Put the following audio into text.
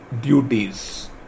duties